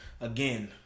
again